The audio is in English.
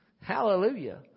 Hallelujah